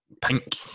pink